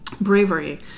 Bravery